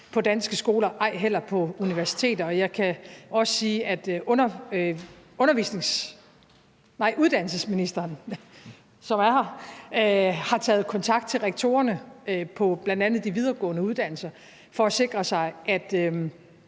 de danske skoler og ej heller på universiteterne, og jeg kan også sige, at uddannelsesministeren, som også er her, har taget kontakt til rektorerne på bl.a. de videregående uddannelser for at sikre sig, at